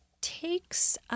takes